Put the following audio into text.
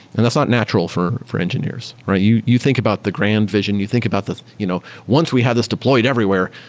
and that's not natural for for engineers, right? you you think about the grand vision, you think about you know once we have this deployed everywhere,